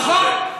נכון.